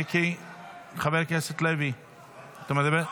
מיקי אתה מדבר?